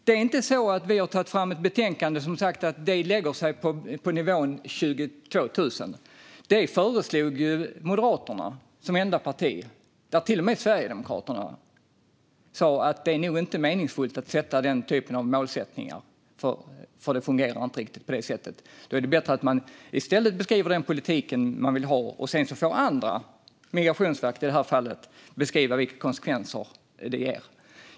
Det är inte så att vi har tagit fram ett betänkande med en nivå på 22 000. Det föreslog Moderaterna som enda parti. Till och med Sverigedemokraterna sa att det nog inte är meningsfullt att sätta den typen av mål, för det fungerar inte riktigt på det sättet. Då är det bättre att man i stället beskriver den politik man vill ha, och sedan får andra - Migrationsverket i det här fallet - beskriva vilka konsekvenser det får.